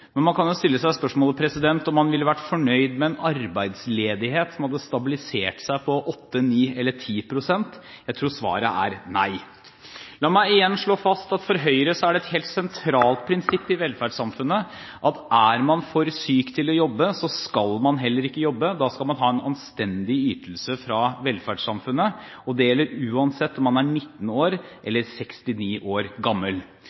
men man kan jo stille seg spørsmålet om man ville vært fornøyd med en arbeidsledighet som hadde stabilisert seg på 8, 9 eller 10 pst. Jeg tror svaret er nei. La meg igjen slå fast at for Høyre er det et helt sentralt prinsipp i velferdssamfunnet at er man for syk til å jobbe, skal man heller ikke jobbe. Da skal man ha en anstendig ytelse fra velferdssamfunnet. Det gjelder uansett om man er 19 år eller 69 år gammel.